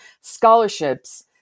scholarships